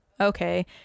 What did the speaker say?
okay